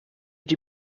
die